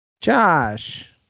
Josh